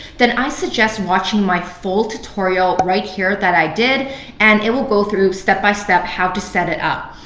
then i suggest watching my full tutorial right here that i did and it will go through step by step how to set it up.